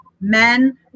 men